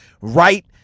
right